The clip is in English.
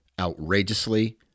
outrageously